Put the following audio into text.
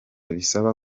bisaba